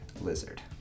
lizard